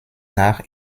nach